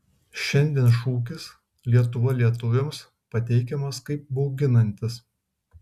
šiandien šūkis lietuva lietuviams pateikiamas kaip bauginantis